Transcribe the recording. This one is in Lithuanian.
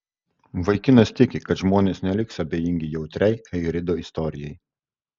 vaikinas tiki kad žmonės neliks abejingi jautriai airido istorijai